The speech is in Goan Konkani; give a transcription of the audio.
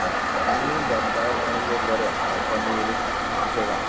हय आनी दनपाराक कितें बरें पनीर अशें खा